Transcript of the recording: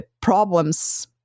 problems